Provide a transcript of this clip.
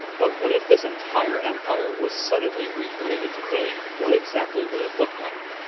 but what if this entire empire was suddenly recreated today? what exactly would it look like?